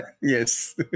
Yes